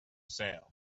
sale